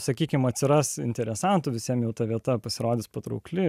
sakykime atsiras interesantų visiems ir ta vieta pasirodys patraukli